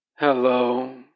Hello